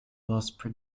most